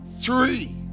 three